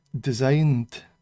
designed